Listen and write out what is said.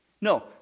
no